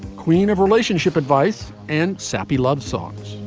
queen of relationship advice and sappy love songs